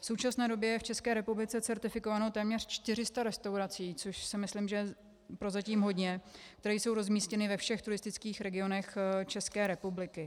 V současné době je v České republice certifikováno téměř 400 restaurací, což si myslím, že je prozatím hodně, které jsou rozmístěny ve všech turistických regionech České republiky.